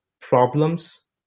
problems